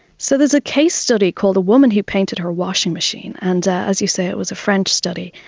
so there's a case study called the woman who painted her washing machine, and, as you say, it was a french study,